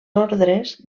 ordres